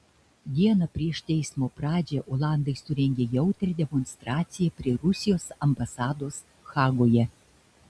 dieną prieš teismo pradžią olandai surengė jautrią demonstraciją prie rusijos ambasados hagoje